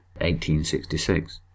1866